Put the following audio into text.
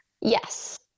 Yes